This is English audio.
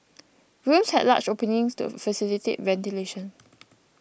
rooms had large openings to facilitate ventilation